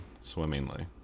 swimmingly